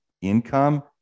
income